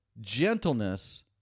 gentleness